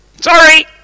Sorry